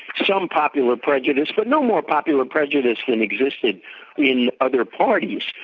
some popular prejudice, but no more popular prejudice than existed in other parties.